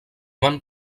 van